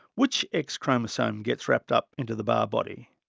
which x chromosome gets wrapped up into the barr body,